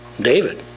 David